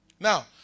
Now